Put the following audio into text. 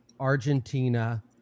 argentina